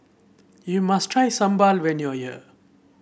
you must try Sambal when you are here